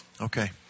Okay